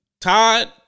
Todd